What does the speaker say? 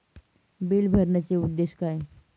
Bill भरण्याचे उद्देश काय?